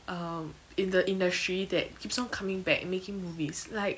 um in the industry that keeps on coming back making movies like